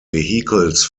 vehicles